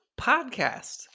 Podcast